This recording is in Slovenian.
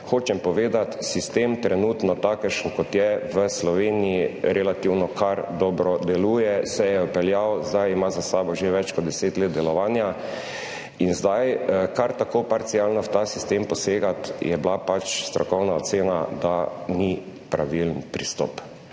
Hočem povedati, sistem trenutno takšen kot je v Sloveniji, relativno kar dobro deluje, se je vpeljal. Zdaj ima za sabo že več kot deset let delovanja in zdaj kar tako parcialno v ta sistem posegati, je bila strokovna ocena, da ni pravilen pristop,